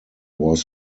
was